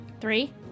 Three